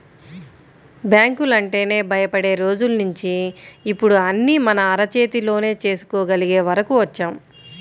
బ్యాంకులంటేనే భయపడే రోజుల్నించి ఇప్పుడు అన్నీ మన అరచేతిలోనే చేసుకోగలిగే వరకు వచ్చాం